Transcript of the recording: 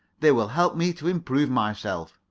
they will help me to improve myself.